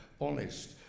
honest